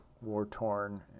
war-torn